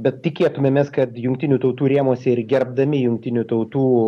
bet tikėtumėmės kad jungtinių tautų rėmuose ir gerbdami jungtinių tautų